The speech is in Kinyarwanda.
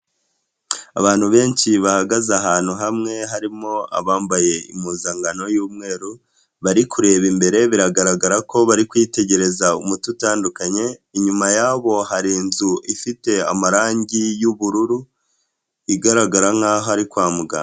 Abantu benshi bahagaze ahantu hamwe, harimo abambaye impuzankano y'umweru, bari kureba imbere, biragaragara ko bari kwitegereza umuti utandukanye, inyuma yabo hari inzu ifite amarangi y'ubururu, igaragara nkaho ari kwa muganga.